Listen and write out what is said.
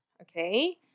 okay